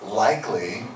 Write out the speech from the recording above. Likely